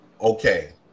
okay